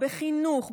בחינוך,